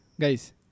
Guys